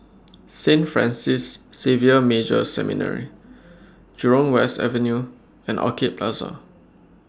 Saint Francis Xavier Major Seminary Jurong West Avenue and Orchid Plaza